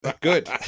Good